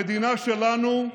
המדינה שלנו,